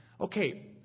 Okay